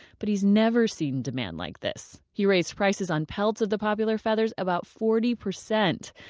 but he's never seen demand like this. he raised prices on pelts of the popular feathers about forty percent,